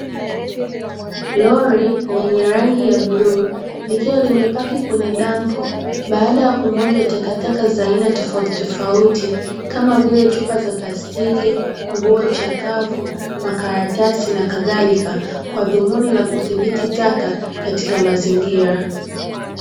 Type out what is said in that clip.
Lori lenye rangi ya bluu likiwa limepaki kwenye dampo baada ya kumwaga takataka za aina tofautitofauti kama vile: chupa za plastiki, nguo chakavu, makaratasi, na kadhalika; kwa dhumuni la kudhibiti taka katika mazingira.